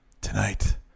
Tonight